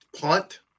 punt